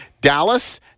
Dallas